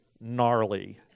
gnarly